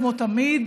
כמו תמיד,